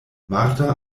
marta